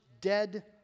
dead